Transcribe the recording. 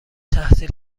تحصیل